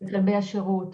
לכלבי השירות.